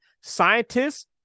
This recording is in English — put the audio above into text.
Scientists